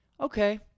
Okay